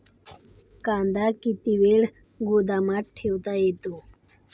कांदा किती वेळ गोदामात ठेवता येतो?